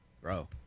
bro